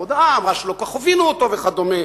הודעה ואמרה שלא כל כך הבינו אותו וכדומה,